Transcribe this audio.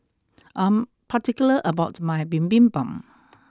I'am particular about my Bibimbap